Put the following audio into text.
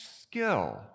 skill